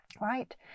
right